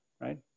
right